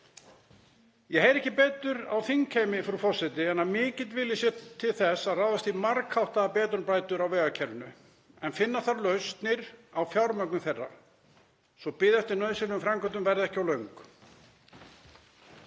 Ég heyri ekki betur á þingheimi, frú forseti, en að mikill vilji sé til þess að ráðast í margháttaðar betrumbætur á vegakerfinu en finna þarf lausnir á fjármögnun þeirra svo bið eftir nauðsynlegum framkvæmdum verði ekki of löng.